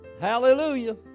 Hallelujah